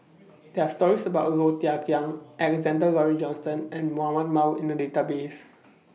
There Are stories about Low Thia Khiang Alexander Laurie Johnston and Mahmud Ahmad in The Database